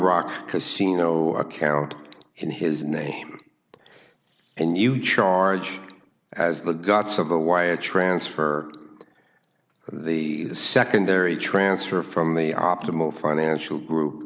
rock casino account in his name and you charge as the guts of the wire transfer the secondary transfer from the optimal financial group